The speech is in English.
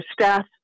staff